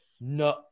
no